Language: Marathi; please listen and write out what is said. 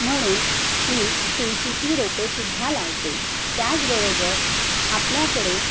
म्हणून मी तुळशीची रोपेसुद्धा लावते त्याचबरोबर आपल्याकडे